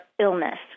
illness